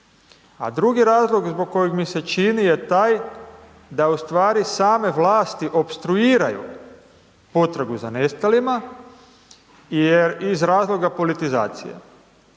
A drugi razlog zbog kojeg mi se čini je taj da ustvari same vlasti opstruiraju potragu za nestalima jer iz razloga politizacije.